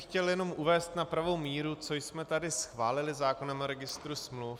Chtěl bych jenom uvést na pravou míru, co jsme tady schválili zákonem o registru smluv.